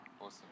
Awesome